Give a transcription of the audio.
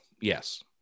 yes